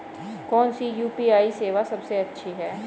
कौन सी यू.पी.आई सेवा सबसे अच्छी है?